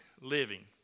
living